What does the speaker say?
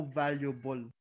valuable